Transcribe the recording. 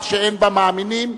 בכך שאין בה מאמינים,